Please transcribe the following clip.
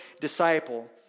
disciple